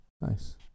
nice